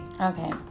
Okay